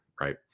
Right